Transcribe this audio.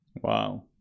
Wow